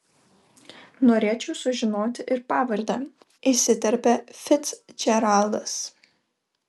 norėčiau sužinoti ir pavardę įsiterpia ficdžeraldas